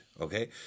Okay